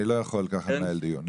אני לא יכול לנהל דיון ככה.